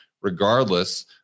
regardless